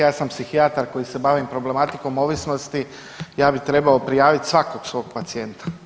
Ja sam psihijatar koji se bavi problematikom ovisnosti, ja bih trebao prijaviti svakog svog pacijenta.